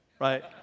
right